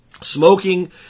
Smoking